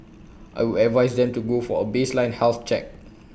I would advise them to go for A baseline health check